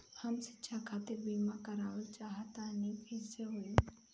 हम शिक्षा खातिर बीमा करावल चाहऽ तनि कइसे होई?